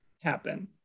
happen